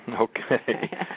Okay